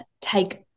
take